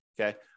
okay